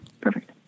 Perfect